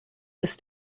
ist